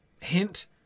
hint